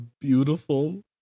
beautiful